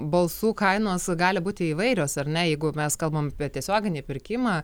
balsų kainos gali būti įvairios ar ne jeigu mes kalbam apie tiesioginį pirkimą